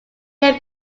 year